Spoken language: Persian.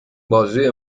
بازوی